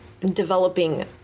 developing